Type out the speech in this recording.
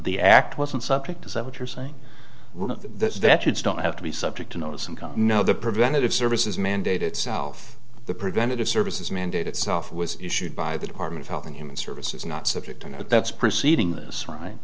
the act wasn't subject is that what you're saying were not that that you don't have to be subject to notice and come no the preventative services mandate itself the preventative services mandate itself was issued by the department of health and human services not subject to that that's proceeding this right